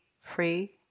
free